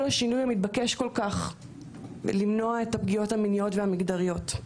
השינוי המתבקש כל-כך למנוע את הפגיעות המיניות והמגדריות.